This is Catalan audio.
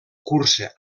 cursa